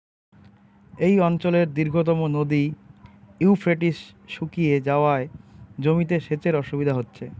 এই অঞ্চলের দীর্ঘতম নদী ইউফ্রেটিস শুকিয়ে যাওয়ায় জমিতে সেচের অসুবিধে হচ্ছে